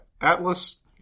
Atlas